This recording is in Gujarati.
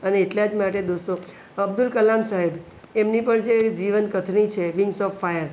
અને એટલા જ માટે દોસ્તો અબ્દુલ કલામ સાહેબ એમની પણ જે જીવન કથની છે વિંગ્સ ઓફ ફાયર